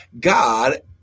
God